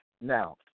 Now